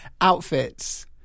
outfits